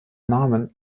namen